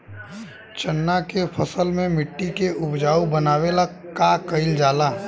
चन्ना के फसल में मिट्टी के उपजाऊ बनावे ला का कइल जाला?